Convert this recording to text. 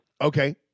Okay